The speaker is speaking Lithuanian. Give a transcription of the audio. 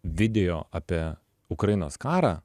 video apie ukrainos karą